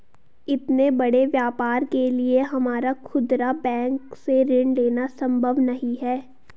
इतने बड़े व्यापार के लिए हमारा खुदरा बैंक से ऋण लेना सम्भव नहीं है